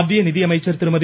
மத்திய நிதியமைச்சர் திருமதி